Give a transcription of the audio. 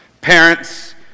Parents